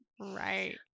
Right